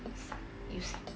suck you sucked